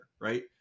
right